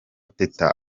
teta